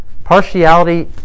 Partiality